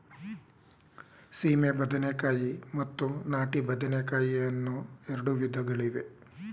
ಸೀಮೆ ಬದನೆಕಾಯಿ ಮತ್ತು ನಾಟಿ ಬದನೆಕಾಯಿ ಅನ್ನೂ ಎರಡು ವಿಧಗಳಿವೆ